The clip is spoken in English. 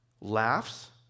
laughs